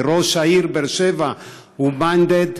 וראש העיר באר שבע הוא minded,